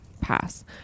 pass